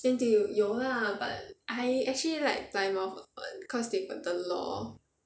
N_T_U 有 lah but I actually like Plymouth a lot cause they got the law